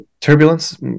turbulence